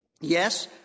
Yes